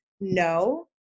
no